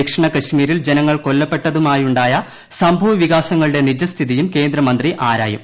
ദക്ഷിണ കാശ്മീരിൽ ജനങ്ങൾ കൊല്ലപ്പെട്ടതുമായുണ്ടായ സംഭവ വികാസങ്ങളുടെ നിജസ്ഥിതിയും കേന്ദ്രമന്ത്രി ആരായും